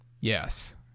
Yes